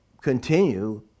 continue